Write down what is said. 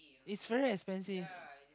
is very expensive